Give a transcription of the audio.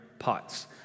pots